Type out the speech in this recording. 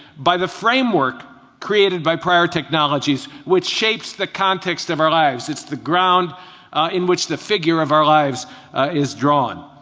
by the framework created by prior technologies, which shapes the context of our lives. it's the ground in which the figure of our lives is drawn.